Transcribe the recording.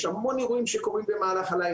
יש המון אירועים שקורים במהלך הלילה,